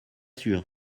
sûre